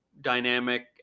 dynamic